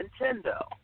Nintendo